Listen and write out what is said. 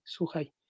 Suhai